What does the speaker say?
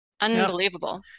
unbelievable